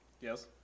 Yes